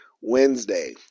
Wednesday